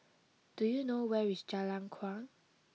do you know where is Jalan Kuang